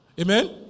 Amen